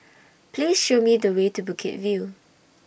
Please Show Me The Way to Bukit View